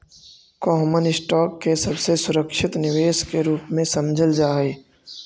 common stock के सबसे सुरक्षित निवेश के रूप में समझल जा हई